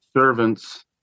servants